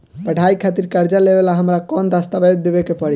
पढ़ाई खातिर कर्जा लेवेला हमरा कौन दस्तावेज़ देवे के पड़ी?